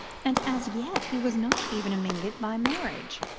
and as yet he was not even a mingott by marriage.